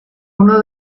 uno